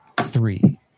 three